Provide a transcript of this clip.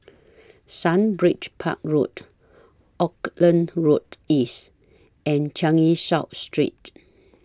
Sundridge Park Road Auckland Road East and Changi South Street